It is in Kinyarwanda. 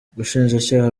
ubushinjacyaha